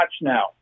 now